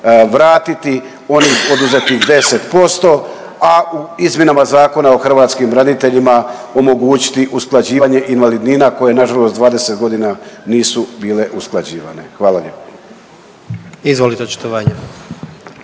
vratiti onih oduzetih 10%, a u izmjenama Zakona o hrvatskim braniteljima omogućiti usklađivanje invalidnina koje nažalost 20 godina nisu bile usklađivane. Hvala lijepo. **Jandroković,